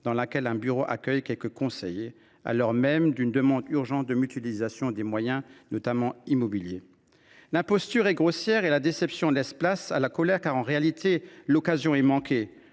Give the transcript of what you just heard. et Pau, où un bureau accueille quelques conseillers, à l’heure où la demande est urgente d’une mutualisation des moyens, notamment immobiliers. L’imposture est grossière et la déception laisse place à la colère, car c’est en réalité une occasion manquée